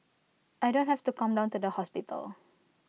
I don't have to come down to the hospital